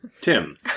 Tim